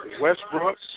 Westbrook